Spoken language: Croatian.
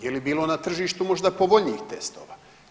Je li bilo na tržištu možda povoljnijih testova?